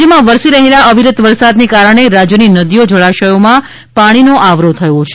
રાજ્યમાં વરસી રહેલા અવિરત વરસાદને કારણે રાજ્યની નદીઓ જળાશયોમાં પાણીનો આવરો થઈ રહ્યો છે